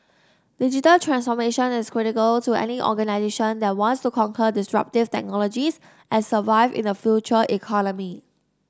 digital transformation is critical to any organisation that wants to conquer disruptive technologies and survive in the Future Economy